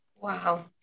wow